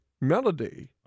Melody